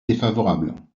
défavorable